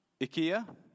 IKEA